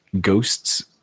ghosts